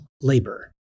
labor